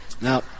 Now